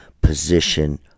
position